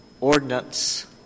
ordinance